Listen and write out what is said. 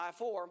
I-4